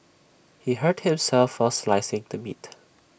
he hurt himself while slicing the meat